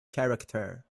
character